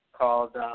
called